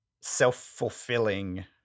self-fulfilling